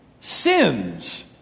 sins